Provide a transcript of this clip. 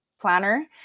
planner